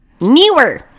Newer